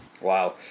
Wow